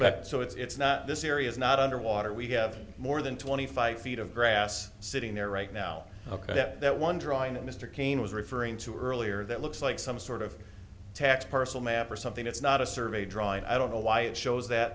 so it's not this area is not underwater we have more than twenty five feet of grass sitting there right now ok that that one drawing that mr cain was referring to earlier that looks like some sort of tax parcel map or something that's not a survey drawing i don't know why it shows that